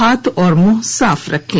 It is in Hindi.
हाथ और मुंह साफ रखें